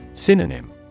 Synonym